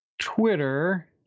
twitter